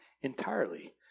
entirely